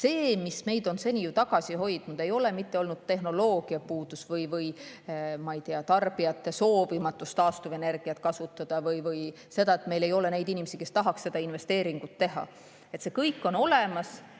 see, mis meid on seni tagasi hoidnud, ei ole olnud mitte tehnoloogia puudus, või ma ei tea, tarbijate soovimatus taastuvenergiat kasutada või see, et meil ei ole neid inimesi, kes tahaksid seda investeeringut teha. See kõik on olemas.